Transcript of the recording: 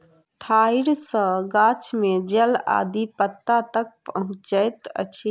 ठाइड़ सॅ गाछ में जल आदि पत्ता तक पहुँचैत अछि